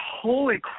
holy